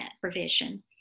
provision